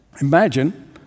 Imagine